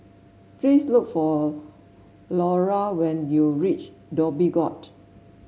please look for Lara when you reach Dhoby Ghaut